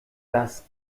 das